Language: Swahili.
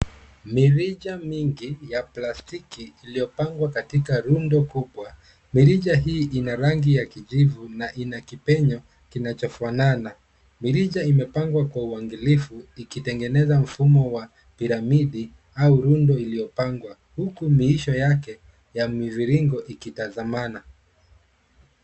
Mirija mingi ya plastiki, iliyopangwa katika rundo kubwa. Mirija hii Ina rangi ya kijivu na Ina kipenyo kinachofanana. Mirija imepangwa kwa uangalifu, ikitengeneza mfuko wa piramidi au rundo iliyopangwa. Huku miisho yake ya miviringo ikitazamana.